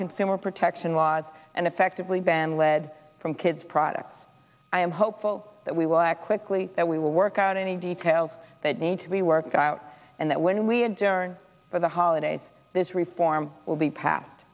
consumer protection laws and effectively ban lead from kids products i am hopeful that we will act quickly that we will work out any details that need to be worked out and that when we had turn for the holidays this reform will be passed